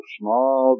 small